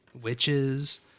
Witches